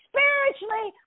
Spiritually